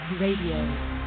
Radio